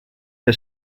der